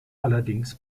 allerdings